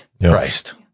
Christ